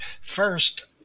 first